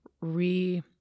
re-